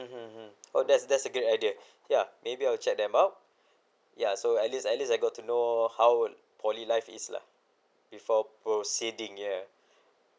mm mm mm oh that's that's a good idea ya maybe I'll check them out ya so at least at least I got to know how poly life is lah before proceeding ya